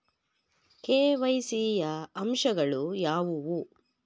KYC ಯ ಅಂಶಗಳು ಯಾವುವು?